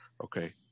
okay